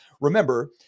remember